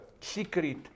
secret